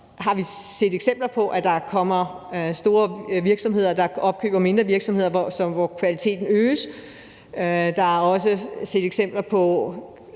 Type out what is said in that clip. har set eksempler på, at store virksomheder opkøber mindre virksomheder, og at kvaliteten øges, men der er også set eksempler på,